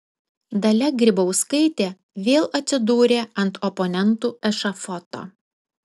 dalia grybauskaitė vėl atsidūrė ant oponentų ešafoto